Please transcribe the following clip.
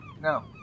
No